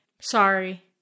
sorry